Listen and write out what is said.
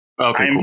Okay